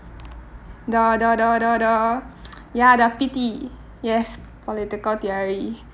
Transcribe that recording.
the the the the the ya the P_T yes political theory